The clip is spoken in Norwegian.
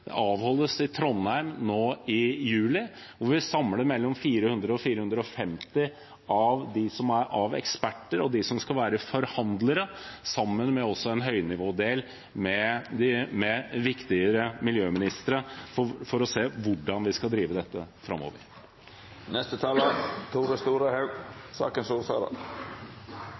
avholdes i Trondheim nå i juli, hvor vi samler mellom 400 og 450 eksperter og de som skal være forhandlere, sammen med en høynivådel med de viktigere miljøministrene for å se hvordan vi skal drive dette framover.